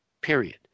period